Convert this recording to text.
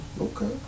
Okay